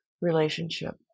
relationship